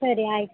ಸರಿ ಆಯಿತು